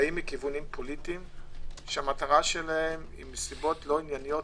באות מכיוונים פוליטיים שמטרתן מסיבות לא הגיוניות